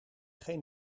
geen